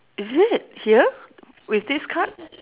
is it here with this card